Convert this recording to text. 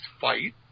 fight